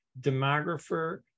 demographer